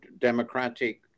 democratic